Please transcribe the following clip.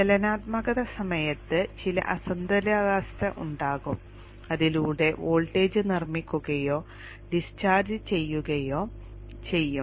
ചലനാത്മകത സമയത്ത് ചില അസന്തുലിതാവസ്ഥ ഉണ്ടാകും അതിലൂടെ വോൾട്ടേജ് നിർമ്മിക്കുകയോ ഡിസ്ചാർജ് ചെയ്യുകയോ ചെയ്യും